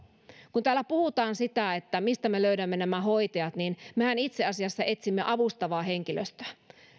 kun täällä puhutaan siitä mistä me löydämme nämä hoitajat niin mehän itse asiassa etsimme avustavaa henkilöstöä